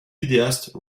vidéaste